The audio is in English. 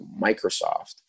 Microsoft